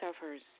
suffers